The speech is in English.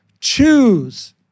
choose